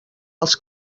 els